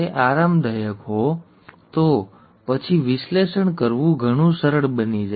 મેં કહ્યું તેમ જો તમે તેને સંભાવનાઓની દ્રષ્ટિએ જુઓ જો તમે તે રીતે આરામદાયક હો તો પછી વિશ્લેષણ કરવું ઘણું સરળ બની જાય છે